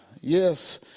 Yes